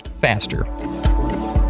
faster